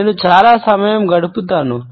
నేను చాలా సమయం గడుపుతాను